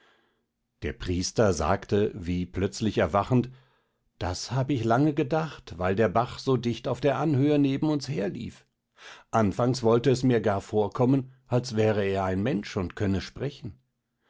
der priester sagte wie plötzlich erwachend das hab ich lange gedacht weil der bach so dicht auf der anhöhe neben uns herlief anfangs wollt es mir gar vorkommen als wär er ein mensch und könne sprechen